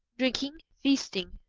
drinking, feasting,